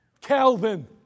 Calvin